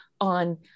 on